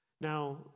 Now